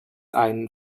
ein